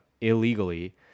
illegally